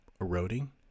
eroding